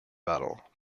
battle